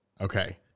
Okay